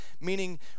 meaning